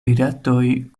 rilatoj